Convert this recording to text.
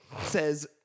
Says